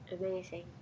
Amazing